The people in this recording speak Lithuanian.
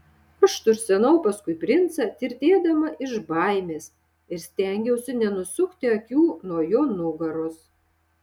aš tursenau paskui princą tirtėdama iš baimės ir stengiausi nenusukti akių nuo jo nugaros